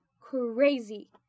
crazy